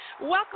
welcome